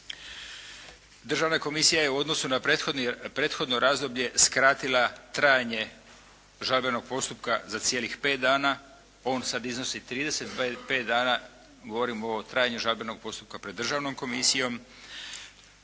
Državna komisija je u odnosu na prethodno razdoblje skratila trajanje žalbenog postupka za cijelih 5 dana. On sad iznosi 35 dana, govorim o trajanju žalbenog postupka pred državnom komisijom.